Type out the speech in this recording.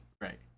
right